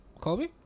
Kobe